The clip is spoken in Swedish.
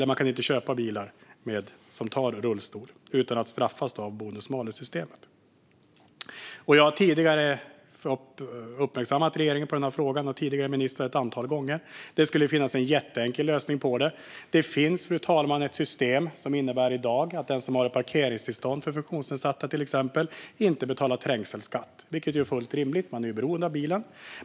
Man kan inte köpa bilar som har plats för rullstol utan att straffas av bonus malus-systemet. Jag har tidigare uppmärksammat regeringen och tidigare ministrar på den här frågan ett antal gånger. Det skulle finnas en jätteenkel lösning på detta. Det finns nämligen i dag ett system som innebär att den som har exempelvis parkeringstillstånd för funktionsnedsatt inte behöver betala trängselskatt. Det är fullt rimligt, för de är beroende av bilen.